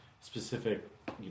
specific